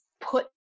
put